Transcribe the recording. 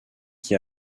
qui